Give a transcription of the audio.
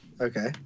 Okay